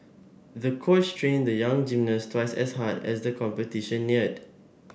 the coach trained the young gymnast twice as hard as the competition neared